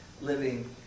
living